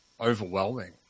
overwhelming